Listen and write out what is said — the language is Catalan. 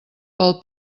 pel